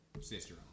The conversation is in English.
sister